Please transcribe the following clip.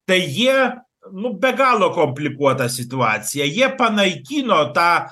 tai jie nu be galo komplikuota situacija jie panaikino tą